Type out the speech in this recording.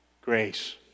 Grace